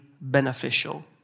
beneficial